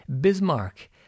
Bismarck